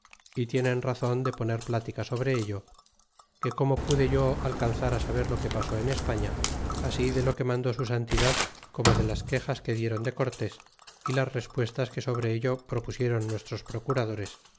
y tienen razon de poner plittica sobre ello que como pude yo alcanzar saber lo que pasó en españa así de lo que mandó su santidad como de las quexas que diéron de cortés y las respuestas que sobre ello propusiéron nuestros procuradores